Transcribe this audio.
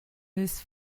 his